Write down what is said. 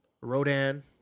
Rodan